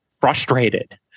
frustrated